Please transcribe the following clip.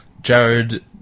Jared